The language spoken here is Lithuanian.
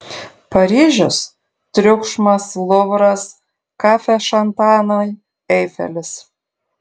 paryžius triukšmas luvras kafešantanai eifelis